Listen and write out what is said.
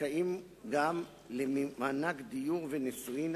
זכאים גם למענק דיור ונישואין,